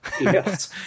Yes